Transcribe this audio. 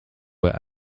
were